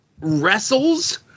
wrestles